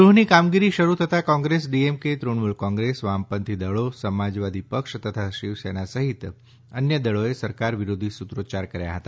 ગૃહની કામગીરી શરૂ થતાં કોંગ્રેસ ડીએમકે તૃણમૂલ કોંગ્રેસ વામપંથી દળો સમાજવાદી પક્ષ તથા શિવસેના સહિત અન્ય દળોએ સરકાર વિરોધી સૂત્રોચ્યાર કર્યા હતા